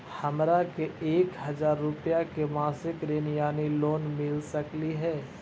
हमरा के एक हजार रुपया के मासिक ऋण यानी लोन मिल सकली हे?